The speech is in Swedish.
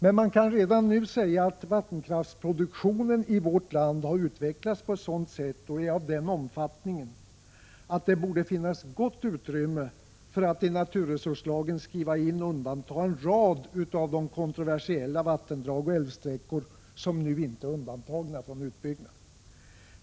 Redan nu kan man dock säga att vattenkraftsproduktionen i vårt land har utvecklats på ett sådant sätt och är av den omfattningen att det borde finnas gott utrymme för att i naturresurslagen skriva in och undanta en rad av de kontroversiella vattendrag och älvsträckor som nu inte är undantagna från utbyggnad.